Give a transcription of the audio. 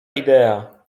idea